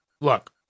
look